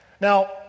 Now